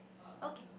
okay